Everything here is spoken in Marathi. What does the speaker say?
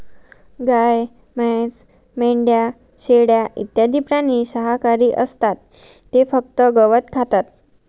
गाय, म्हैस, मेंढ्या, शेळ्या इत्यादी प्राणी शाकाहारी असतात ते फक्त गवत खातात